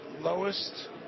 lowest